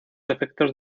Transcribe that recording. efectos